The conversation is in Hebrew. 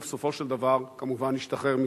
ובסופו של דבר כמובן השתחרר מצה"ל.